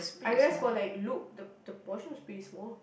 I realised for like Luke the the portion is pretty small